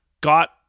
got